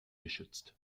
geschützt